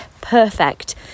perfect